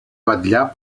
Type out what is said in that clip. vetllar